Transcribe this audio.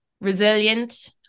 resilient